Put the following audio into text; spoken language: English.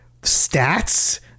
stats